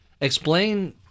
Explain